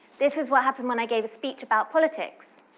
this is what happened when i gave a speech about politics